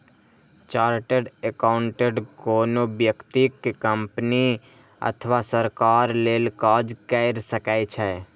chartered accountant कोनो व्यक्ति, company अथवा सरकार लेल काज कैर सकै छै